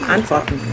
Antworten